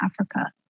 Africa